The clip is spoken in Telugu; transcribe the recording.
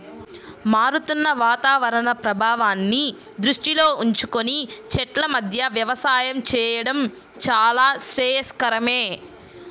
మారుతున్న వాతావరణ ప్రభావాన్ని దృష్టిలో ఉంచుకొని చెట్ల మధ్య వ్యవసాయం చేయడం చాలా శ్రేయస్కరమే